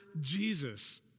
Jesus